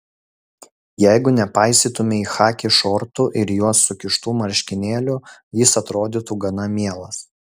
jeigu nepaisytumei chaki šortų ir į juos sukištų marškinėlių jis atrodytų gana mielas